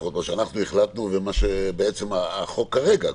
לפחות מה שאנחנו החלטנו ומה שבעצם החוק כרגע קובע,